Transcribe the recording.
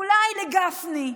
אולי לגפני.